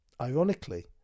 Ironically